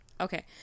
okay